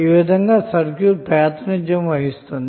ఈ విధంగా సర్క్యూట్ ప్రాతినిధ్యం వహిస్తుంది